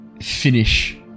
finish